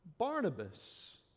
Barnabas